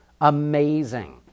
Amazing